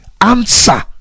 answer